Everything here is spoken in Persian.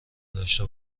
داشته